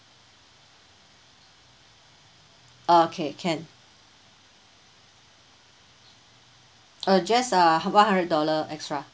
okay can uh just uh one hundred dollar extra